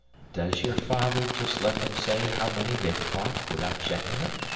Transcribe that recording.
does your father just let them say how many they've caught without checking them?